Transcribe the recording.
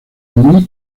muy